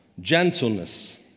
gentleness